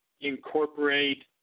incorporate